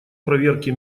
проверке